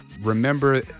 remember